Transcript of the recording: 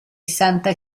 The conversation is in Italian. santa